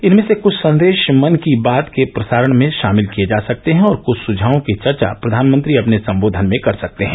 इनमें से कुछ संदेश मन की बात के प्रसारण में शामिल किए जा सकते हैं और कृछ सुझावों की चर्चा प्रधानमंत्री अपने संबोधन में कर सकते हैं